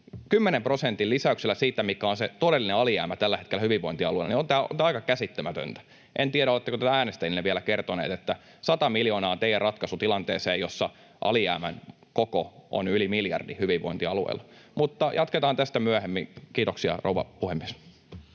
prosentin lisäyksellä siitä, mikä on se todellinen alijäämä tällä hetkellä hyvinvointialueilla — niin on tämä aika käsittämätöntä. En tiedä, oletteko te äänestäjillenne vielä kertoneet, että sata miljoonaa on teidän ratkaisunne tilanteeseen, jossa alijäämän koko hyvinvointialueilla on yli miljardi. Mutta jatketaan tästä myöhemmin. — Kiitoksia, rouva puhemies.